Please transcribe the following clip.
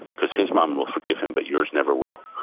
because his mom will forgive him, but yours never will.